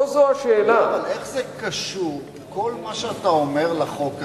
אבל איך כל מה שאתה אומר קשור לחוק הזה?